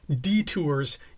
detours